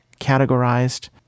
categorized